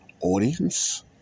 audience